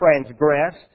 transgressed